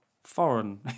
foreign